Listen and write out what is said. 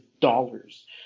dollars